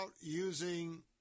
using